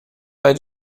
bei